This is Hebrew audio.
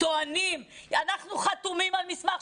טוענים: אנחנו חתומים על מסמך,